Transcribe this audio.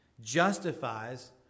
justifies